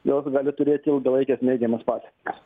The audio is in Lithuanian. jog gali turėti ilgalaikes neigiamas pasekmes